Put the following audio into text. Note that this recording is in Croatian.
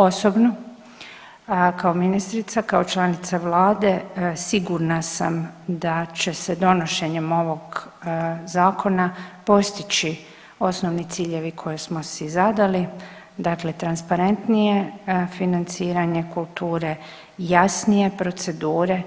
Osobno kao ministrica i kao članica vlade sigurna sam da će se donošenjem ovog zakona postići osnovni ciljevi koje smo si zadali, dakle transparentnije financiranje kulture, jasnije procedure,